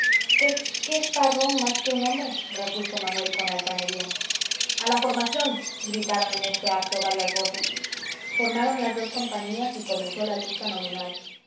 pues qué es parrón más que un hombre repuso manuel con altanería a la formación gritaron en este acto varias voces formaron las dos compañías y comenzó la lista nominal